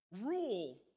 rule